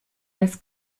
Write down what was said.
das